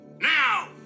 now